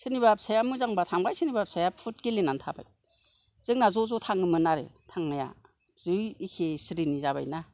सोरनिबा फिसाया मोजांबा थांबाय सोरनिबा फिसाया फुत गेलेनानै थाबाय जोंना ज' ज' थाङोमोन आरो थांनाया जि एखे सिरिनि जाबाय ना